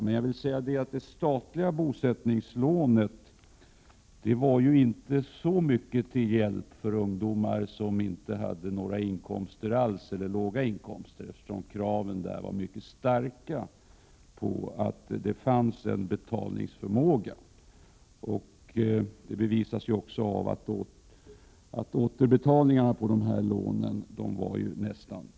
Det tidigare statliga bosättningslånet var inte så mycket till hjälp för de ungdomar som inte hade några inkomster alls eller låga sådana. Kraven på betalningsförmåga var mycket stora. Detta bevisas av att lånen återbetalades nästan till 100 90.